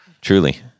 Truly